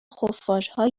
خفاشها